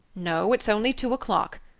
no, it's only two o'clock.